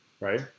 Right